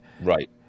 Right